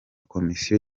komisiyo